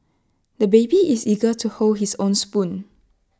the baby is eager to hold his own spoon